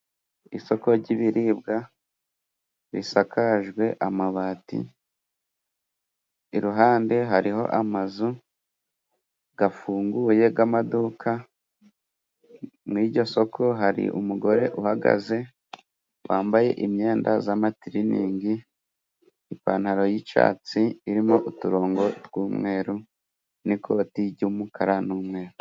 Isoko ry'ibiribwa risakajwe amabati, iruhande hariho amazu gafunguye g'amaduka mu iryo soko hari umugore uhagaze wambaye imyenda za matiriningi ipantaro yicyatsi, irimo uturongo tw'umweru n'ikoti ry'umukara n'umweru.